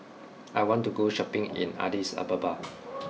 I want to go shopping in Addis Ababa